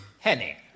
Henny